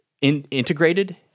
integrated